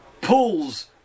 pulls